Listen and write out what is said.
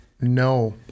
No